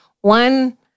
one